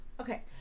Okay